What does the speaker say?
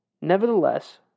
Nevertheless